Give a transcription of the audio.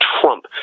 Trump